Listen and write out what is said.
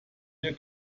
der